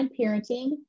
Parenting